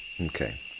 Okay